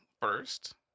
first